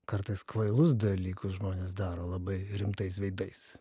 kartais kvailus dalykus žmonės daro labai rimtais veidais